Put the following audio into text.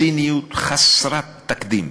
ציניות חסרת תקדים.